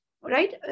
right